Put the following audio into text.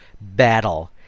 battle